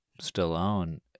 Stallone